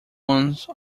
ones